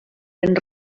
ben